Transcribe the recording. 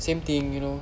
same thing you know